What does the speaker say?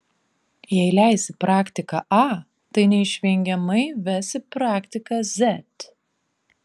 jei leisi praktiką a tai neišvengiamai ves į praktiką z